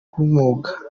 b’umwuga